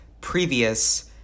previous